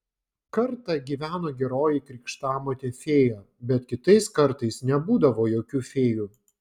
kartą gyveno geroji krikštamotė fėja bet kitais kartais nebūdavo jokių fėjų